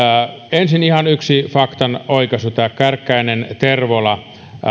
ensin ihan yksi faktan oikaisu tämä kärkkäisen tervolan